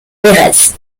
véretz